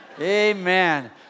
Amen